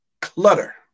Clutter